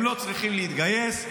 הם לא צריכים להתגייס,